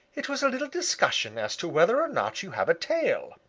it was a little discussion as to whether or not you have a tail,